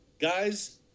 guys